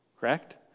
correct